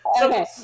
Okay